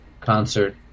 concert